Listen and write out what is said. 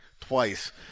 twice